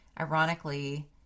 Ironically